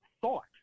thought